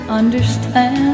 understand